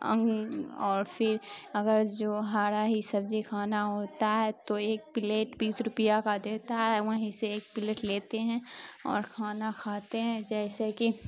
اور پھر اگر جو ہارا ہی سبزی کھانا ہوتا ہے تو ایک پلیٹ بیس روپیہ کا دیتا ہے وہیں سے ایک پلیٹ لیتے ہیں اور کھانا کھاتے ہیں جیسے کہ